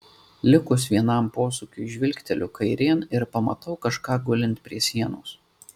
likus vienam posūkiui žvilgteliu kairėn ir pamatau kažką gulint prie sienos